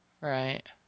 Right